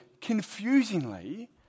Confusingly